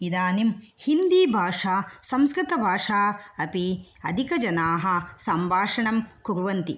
इदानीं हिन्दीभाषा संस्कृतभाषा अपि अधिकजनाः सम्भाषाणं कुर्वन्ति